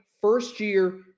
first-year